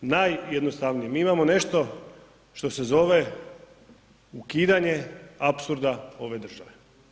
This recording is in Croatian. Najjednostavnije, mi imamo nešto što se zove ukidanje apsurda ove države.